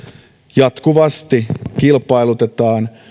jatkuvasti kilpailutetaan